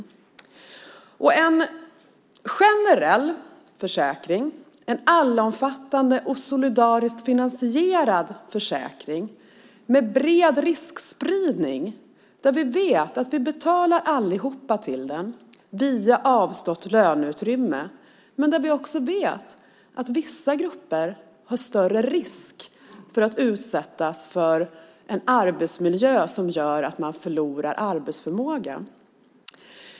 Det är en generell, allomfattande och solidariskt finansierad försäkring med bred riskspridning, som vi vet att vi alla betalar till via avstått löneutrymme. Vi vet också att vissa grupper löper större risk att utsättas för en arbetsmiljö där man riskerar att förlora arbetsförmågan.